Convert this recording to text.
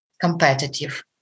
competitive